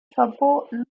verboten